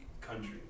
Country